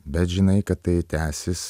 bet žinai kad tai tęsis